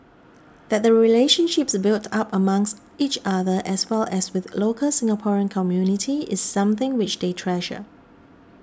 that the relationships built up amongst each other as well as with local Singaporean community is something which they treasure